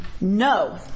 No